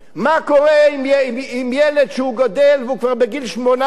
מה קורה עם ילד שגדל והוא כבר בגיל 18,